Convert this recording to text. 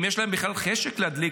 אם יש להם בכלל חשק להדליק,